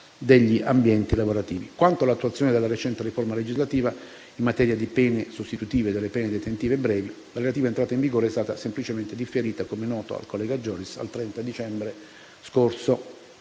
degli ambienti lavorativi. Quanto all'attuazione della recente riforma legislativa in materia di pene sostitutive di quelle detentive brevi, la relativa entrata in vigore è stata semplicemente differita - come noto al collega Giorgis - al 30 dicembre scorso,